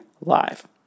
Live